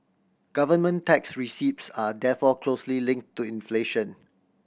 government tax receipts are therefore closely linked to inflation